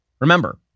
Remember